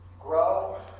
grow